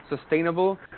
sustainable